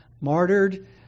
martyred